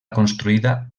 construïda